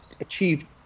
achieved